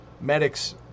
Medics